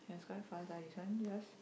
ya it's quite fast ah this one yes